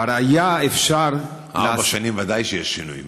כבר היה אפשר, ארבע שנים ודאי שיש שינוי.